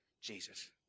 Jesus